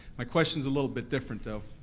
my question's a little bit different, though.